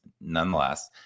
nonetheless